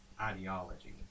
ideology